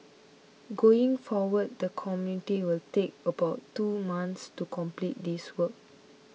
going forward the committee will take about two months to complete this work